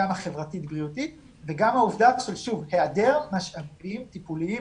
גם החברתית-בריאותית וגם העובדה של היעדר משאבים טיפוליים,